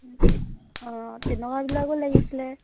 অঁ তেনেকুৱাবিলাকো লাগিছিলে